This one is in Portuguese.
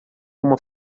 uma